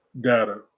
data